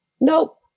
nope